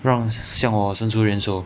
让向我伸出援手